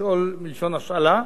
לשאול מלשון השאלה.